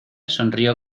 sonrió